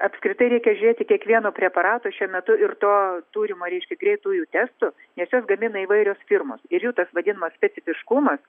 apskritai reikia žiūrėti kiekvieno preparato šiuo metu ir to turimo reiškia greitųjų testų nes juos gamina įvairios firmos ir jų tas vadinamas specifiškumas